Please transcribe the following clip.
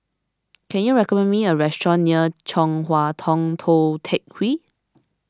can you recommend me a restaurant near Chong Hua Tong Tou Teck Hwee